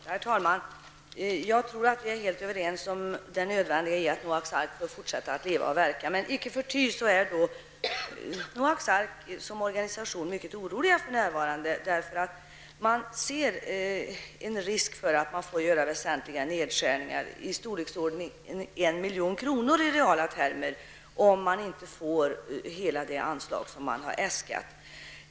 Herr talman! Jag tror att vi är helt överens om det nödvändiga i att Noaks ark får fortsätta att leva och verka, men icke för ty är man inom organisationen för närvarande mycket orolig. Man ser en risk för att man skall tvingas göra väsentliga nedskärningar, i storleksordningen 1 milj.kr. i reala termer, om man inte får hela det anslag som man har äskat.